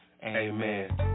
Amen